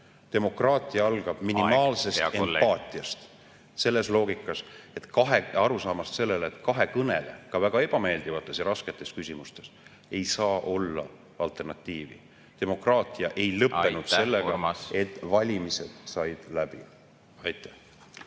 Demokraatia algab minimaalsest empaatiast …… selles loogikas, et kahekõnele – ka väga ebameeldivates ja rasketes küsimustes – ei saa olla alternatiivi. Demokraatia ei lõppenud sellega, et valimised said läbi. Aitäh!